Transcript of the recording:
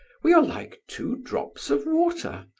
we are like two drops of water,